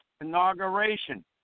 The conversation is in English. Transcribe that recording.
inauguration